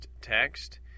text